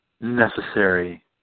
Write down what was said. necessary